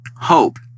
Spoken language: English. hope